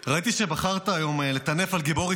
פנינה תמנו,